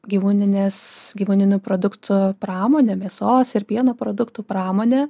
gyvūninės gyvūninių produktų pramonė mėsos ir pieno produktų pramonė